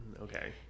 okay